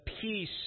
peace